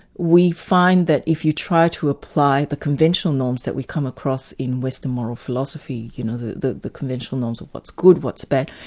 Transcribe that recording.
we find that if you try to apply the conventional norms that we come across in western moral philosophy, you know, the the conventional norms of what's good, what's bad,